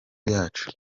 byacu